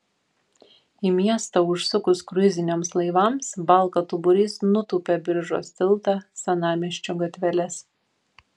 į miestą užsukus kruiziniams laivams valkatų būrys nutūpia biržos tiltą senamiesčio gatveles